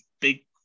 big